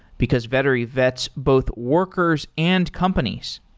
because vettery vets both workers and companies.